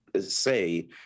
say